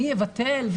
מי יבטל,